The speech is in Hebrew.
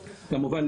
כמובן,